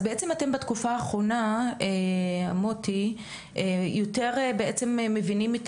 אז בעצם אתם בתקופה האחרונה יותר בעצם מבינים את